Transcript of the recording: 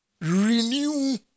renew